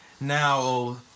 now